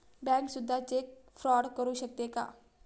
Bank सुद्धा cheque fraud करू शकते का?